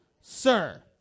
sir